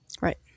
Right